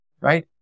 right